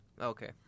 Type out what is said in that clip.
Okay